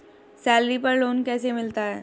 Salary पर loan कैसे मिलता है?